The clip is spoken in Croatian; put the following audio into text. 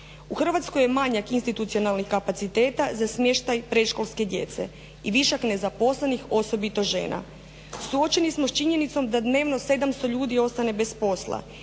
U Hrvatskoj je manjak institucionalnih kapaciteta za smještaj predškolske djece i višak nezaposlenih osobito žena. Suočeni smo s činjenicom da dnevno 700 ljudi ostane bez posla